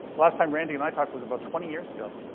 last time randy and i talked was about twenty years ago.